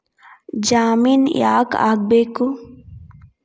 ಜಾಮಿನ್ ಯಾಕ್ ಆಗ್ಬೇಕು?